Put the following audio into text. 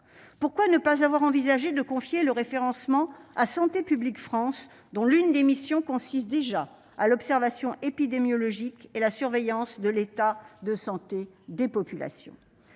Pourquoi ne pas avoir envisagé de confier ce référencement à Santé publique France, dont l'observation épidémiologique et la surveillance de l'état de santé des populations